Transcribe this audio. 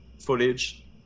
footage